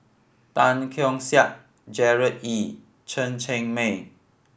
Tan Keong Saik Gerard Ee Chen Cheng Mei